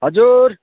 हजुर